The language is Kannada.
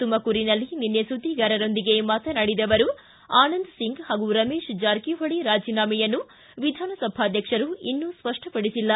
ತುಮಕೂರಿನಲ್ಲಿ ನಿನ್ನೆ ಸುದ್ವಿಗಾರರೊಂದಿಗೆ ಮಾತನಾಡಿದ ಅವರು ಆನಂದ್ಸಿಂಗ್ ಪಾಗೂ ರಮೇಶ ಜಾರಕಿಹೊಳಿ ರಾಜೀನಾಮೆಯನ್ನು ವಿಧಾನಸಭಾಧ್ಯಕ್ಷರು ಇನ್ನೂ ಸ್ಪಷ್ಟಪಡಿಸಿಲ್ಲ